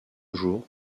jours